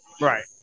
right